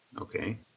Okay